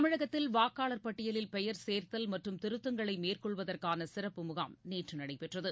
தமிழகத்தில் வாக்காளர் பட்டியலில் பெயர் சேர்த்தல் மற்றும் திருத்தங்களை மேற்கொள்வதற்கான சிறப்பு முகாம் நேற்று நடைபெற்றது